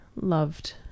loved